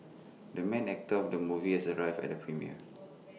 the main actor of the movie has arrived at the premiere